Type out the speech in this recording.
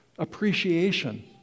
appreciation